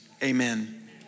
Amen